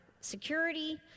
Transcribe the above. security